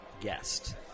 guest